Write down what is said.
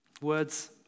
Words